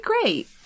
great